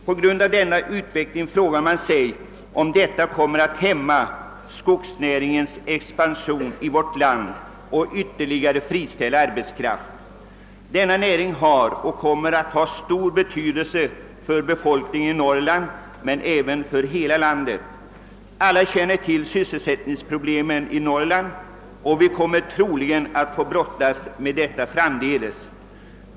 På grund av denna utveckling frågar man sig, om detta kommer att hämma skogsindustrins expansion i vårt land och leda till friställande av ytterligare arbetskraft. Denna näring har och kommer att ha stor betydelse för befolkningen i Norrland men även för hela landet. Alla känner till sysselsättningsproblemen i Norrland och vi kommer troligen att få brottas med dessa framdeles.